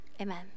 Amen